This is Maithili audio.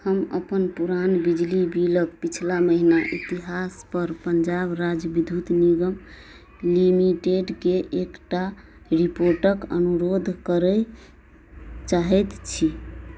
हम अपन पुरान बिजली बिलके पछिला महिना इतिहासपर पञ्जाब राज्य विद्युत निगम लिमिटेडकेँ एकटा रिपोर्टके अनुरोध करै चाहै छी